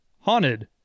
Haunted